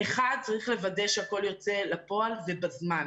צריך לוודא שהכול יוצא לפועל ובזמן,